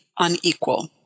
unequal